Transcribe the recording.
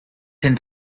can